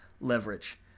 Leverage